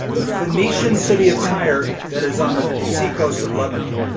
the phoenician city of tyre that is on the seacoast of lebanon.